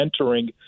mentoring